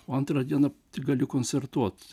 o antrą dieną tik gali koncertuoti